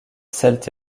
celtes